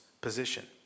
position